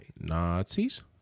Nazis